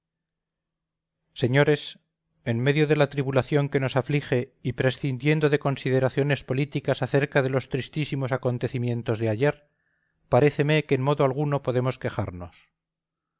señores en medio de la tribulación que nos aflige y prescindiendo de consideraciones políticas acerca de los tristísimos acontecimientos de ayer paréceme que en modo alguno podemos quejarnos